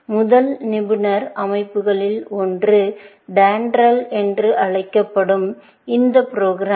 முதல் நிபுணர் அமைப்புகளில் ஒன்று DENDRAL எனப்படும் இந்த ப்ரோக்ராம்